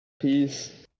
Peace